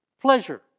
pleasure